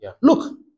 Look